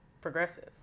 progressive